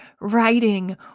writing